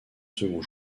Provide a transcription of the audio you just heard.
second